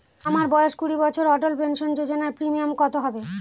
আমার বয়স কুড়ি বছর অটল পেনসন যোজনার প্রিমিয়াম কত হবে?